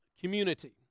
community